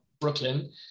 Brooklyn